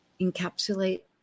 encapsulate